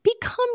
become